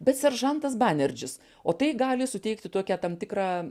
bet seržantas banerdžis o tai gali suteikti tokią tam tikrą